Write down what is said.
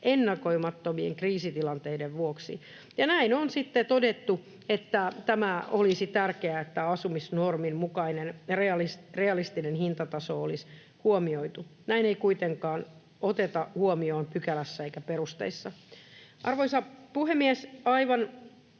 ennakoimattomien kriisitilanteiden vuoksi. Näin on sitten todettu, että tämä olisi tärkeää, että asumisnormin mukainen realistinen hintataso olisi huomioitu. Tätä ei kuitenkaan oteta huomioon pykälässä eikä perusteissa. Arvoisa puhemies! Aivan